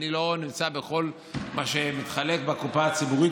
אני לא מצוי בכל מה שמתחלק בקופה הציבורית